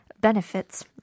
benefits